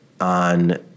on